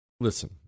Listen